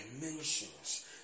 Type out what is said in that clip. dimensions